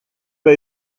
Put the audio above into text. pas